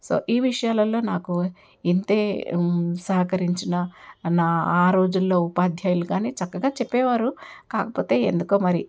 so ఈ విషయాలలో నాకు ఇంతే సహకరించిన నా ఆ రోజులలో ఉపాధ్యాయులు కానీ చక్కగా చెప్పేవారు కాకపోతే ఎందుకో మరి